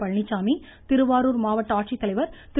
பழனிச்சாமி திருவாரூர் மாவட்ட ஆட்சித்தலைவர் திரு